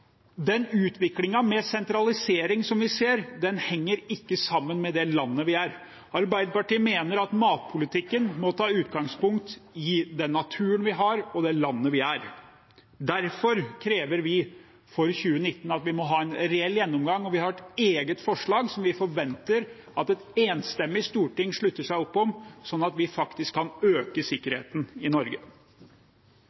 Den utviklingen med sentralisering som vi ser, henger ikke sammen med det landet vi er. Arbeiderpartiet mener at matpolitikken må ta utgangspunkt i den naturen vi har, og det landet vi er. Derfor krever vi for 2019 en reell gjennomgang, og vi har et eget forslag som vi forventer at et enstemmig storting slutter opp om, sånn at vi faktisk kan øke